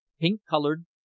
pink-colored